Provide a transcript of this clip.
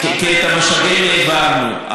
כי את המשאבים העברנו.